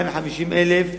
40,000 ו-50,000,